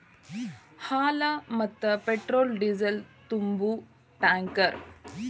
ಹಾಲ, ಮತ್ತ petrol diesel ತುಂಬು ಟ್ಯಾಂಕರ್